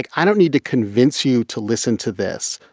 like i don't need to convince you to listen to this.